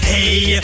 Hey